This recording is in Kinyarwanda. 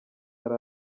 yari